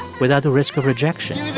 without the risk of rejection